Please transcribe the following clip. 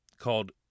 called